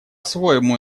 своему